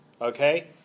Okay